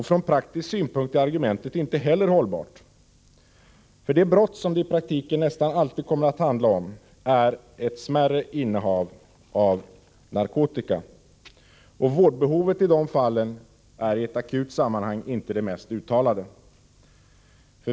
Från praktisk synpunkt är argumentet inte heller hållbart. Det brott som det i praktiken nästan alltid kommer att handla om är ett smärre innehav av narkotika. Vårdbehovet i dessa fall är i ett akut sammanhang inte det mest uttalade.